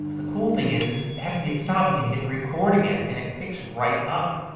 the cool thing is is after you hit stop you can hit record again and it picks right up.